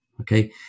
Okay